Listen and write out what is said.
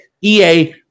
EA